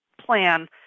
plan